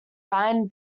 ryan